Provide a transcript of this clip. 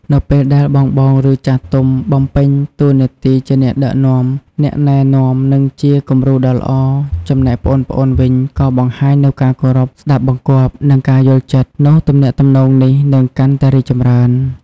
នៅពេលដែលបងៗ ឬចាស់ទុំបំពេញតួនាទីជាអ្នកដឹកនាំ អ្នកណែនាំ និងជាគំរូដ៏ល្អ ចំណែកប្អូនៗវិញក៏បង្ហាញនូវការគោរព ស្ដាប់បង្គាប់ និងការយល់ចិត្ត នោះទំនាក់ទំនងនេះនឹងកាន់តែរីកចម្រើន។